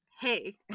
hey